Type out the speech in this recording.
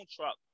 truck